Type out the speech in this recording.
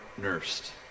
nursed